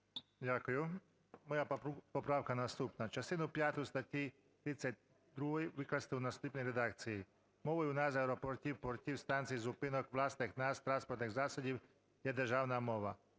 Дякую. Моя поправка наступна. Частину п'яту статті 32 викласти у наступній редакції: "Мовою назв аеропортів, портів, станцій, зупинок, власних назв транспортних засобів є державна мова.